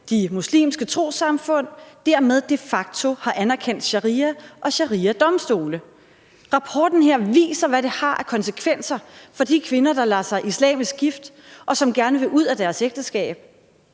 de muslimske trossamfund dermed de facto har anerkendt sharia og shariadomstole. Rapporten her viser, hvad det har af konsekvenser for de kvinder, der lader sig islamisk gifte, og som gerne vil ud af deres ægteskab.